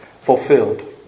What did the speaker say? Fulfilled